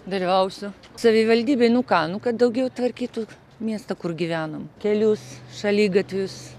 dalyvausiu savivaldybėj nu ką nu kad daugiau tvarkytų miestą kur gyvenam kelius šaligatvius